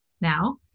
now